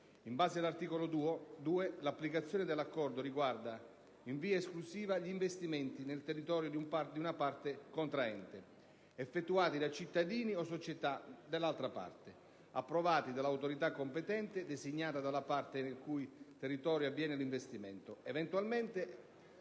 In base all'articolo 2, l'applicazione dell'Accordo riguarda in via esclusiva gli investimenti nel territorio di una parte contraente, effettuati da cittadini o società dell'altra parte, approvati dall'autorità competente designata dalla parte nel cui territorio avviene l'investimento,